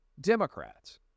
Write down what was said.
Democrats